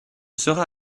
sera